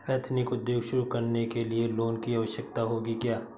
Ethnic उद्योग शुरू करने लिए लोन की आवश्यकता होगी क्या?